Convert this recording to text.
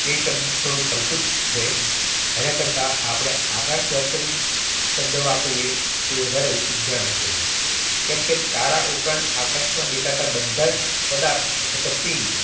તે શબ્દ થોડો સંકુચ છે એના કરતાં આપણે આકાશ દર્શન શબ્દ વાપરીએ તે વધારે ઉચિત ગણાશે કેમકે તારા ઉપરાંત આકાશમાં દેખાતા બધાં જ પદાર્થ અથવા તો પિંડ